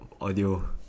audio